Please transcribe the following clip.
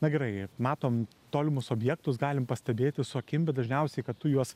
na gerai matom tolimus objektus galim pastebėti su akim bet dažniausiai kad tu juos